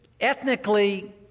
ethnically